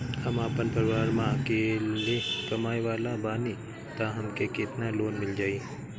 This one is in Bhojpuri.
हम आपन परिवार म अकेले कमाए वाला बानीं त हमके केतना लोन मिल जाई?